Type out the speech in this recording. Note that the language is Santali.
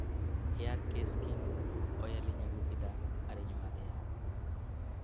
ᱦᱮᱭᱟᱨ ᱠᱮᱥᱠᱤᱝ ᱚᱭᱮᱞ ᱤᱧ ᱟᱹᱜᱩ ᱠᱮᱫᱟ ᱟᱨ ᱤᱧ ᱮᱢᱟ ᱫᱮᱭᱟ